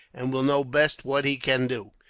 and will know best what he can do.